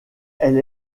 elle